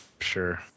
Sure